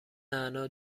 نعنا